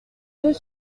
deux